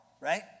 right